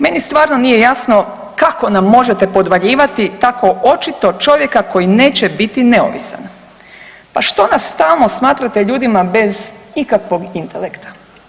Meni stvarno nije jasno kako nam možete podvaljivati tako očito čovjeka koji neće biti neovisan, pa što nas stalno smatrate ljudima bez ikakvog intelekta?